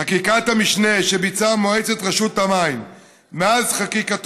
חקיקת המשנה שעשתה מועצת רשות המים מאז חקיקת